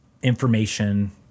information